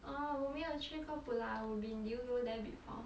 orh 我没有去过 pulau ubin did you go there before